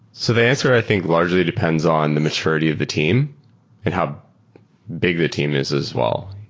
so the answer i think largely depends on the maturity of the team and how big the team is as well.